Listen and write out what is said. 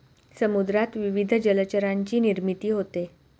समुद्रात विविध जलचरांची निर्मिती होते